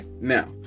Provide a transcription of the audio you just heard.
Now